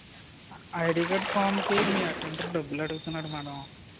ID card ఫార్మ్కి మీ attender డబ్బులు అడుగుతున్నాడు మేడం